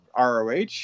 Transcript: ROH